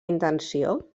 intenció